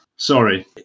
Sorry